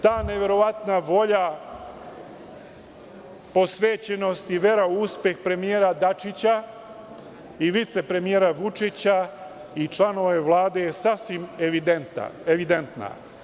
Ta neverovatna volja, posvećenost i vera u uspeh premijera Dačića i vice premijera Vučića i članove Vlade je sasvim evidentna.